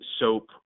soap